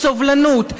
סובלנות,